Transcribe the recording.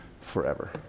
forever